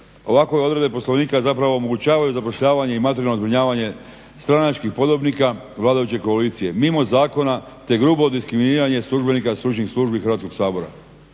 Ovakve odredbe Poslovnika zapravo omogućavaju zapošljavanje i materijalno zbrinjavanje stranačkih podobnika, vladajuće koalicije, mimo zakona te grubo diskriminiranje službenika stručnih službi Hrvatskog sabora.